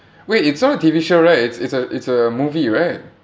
wait it's not a T_V show right it's it's a it's a movie right